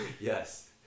Yes